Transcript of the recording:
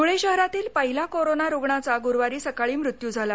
धुळे शहरातील पहिला कोरोना रुग्णाचा गुरुवारी सकाळी मृत्यू झाला